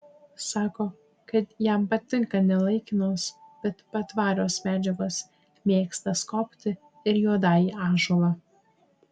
sako kad jam patinka ne laikinos bet patvarios medžiagos mėgsta skobti ir juodąjį ąžuolą